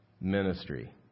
ministry